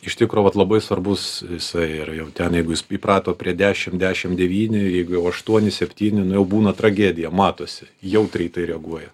iš tikro vat labai svarbus jisai ir jau ten jeigu jis įprato prie dešimt dešimt devyni jeigu jau aštuoni septyni na jau būna tragedija matosi jautriai reaguoja